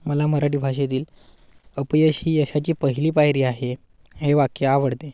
मला मराठी भाषेतील अपयश ही यशाची पहिली पायरी आहे हे वाक्य आवडते